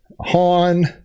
Han